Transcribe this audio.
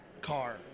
car